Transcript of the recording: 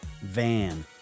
van